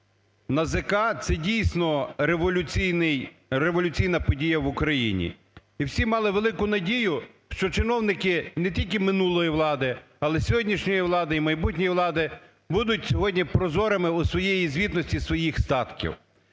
революційний… революційна подія в Україні. І всі мали велику надію, що чиновники не тільки минулої влади, але сьогоднішньої влади і майбутньої влади будуть сьогодні прозорими у своїй звітності своїх статків.